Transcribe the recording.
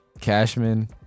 Cashman